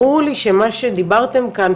ברור לי שמה שדיברתם כאן,